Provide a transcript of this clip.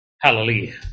Hallelujah